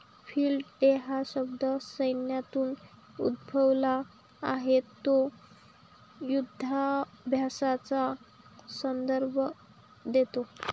field day हा शब्द सैन्यातून उद्भवला आहे तो युधाभ्यासाचा संदर्भ देतो